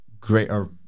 greater